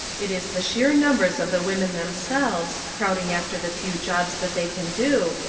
it is the sheer numbers of the women themselves, crowd ing after the few jobs that they can do,